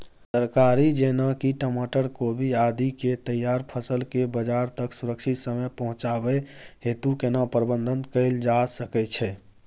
तरकारी जेना की टमाटर, कोबी आदि के तैयार फसल के बाजार तक सुरक्षित समय पहुँचाबै हेतु केना प्रबंधन कैल जा सकै छै?